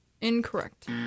Incorrect